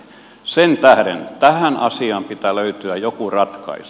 sen tähden tähän asiaan pitää löytyä joku ratkaisu